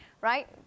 Right